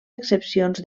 excepcions